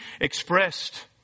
expressed